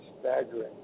Staggering